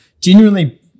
genuinely